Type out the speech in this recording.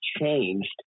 changed